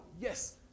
Yes